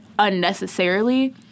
unnecessarily